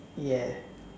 yeah